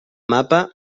mapa